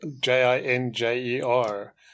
J-I-N-J-E-R